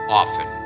often